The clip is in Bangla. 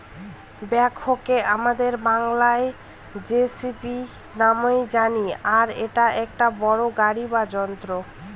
ব্যাকহোকে আমাদের বাংলায় যেসিবি নামেই জানি আর এটা একটা বড়ো গাড়ি বা যন্ত্র